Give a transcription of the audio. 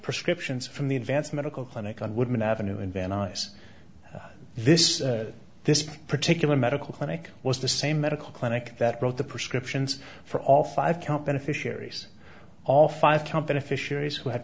prescriptions from the advanced medical clinic on woodman avenue in van nuys this this particular medical clinic was the same medical clinic that wrote the prescriptions for all five count beneficiaries all five company fisheries who had